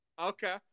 okay